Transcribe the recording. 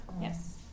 Yes